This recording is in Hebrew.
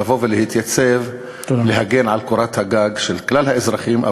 לבוא ולהתייצב ולהגן על קורת הגג של כלל האזרחים,